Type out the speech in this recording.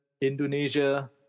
Indonesia